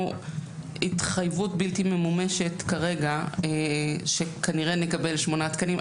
התחייבות בלתי ממומשת כרגע שכנראה נקבל שמונה תקנים.